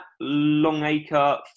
Longacre